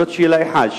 זאת שאלה אחת.